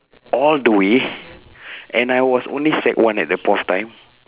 all the way and I was only sec one at that point of time